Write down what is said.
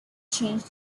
changed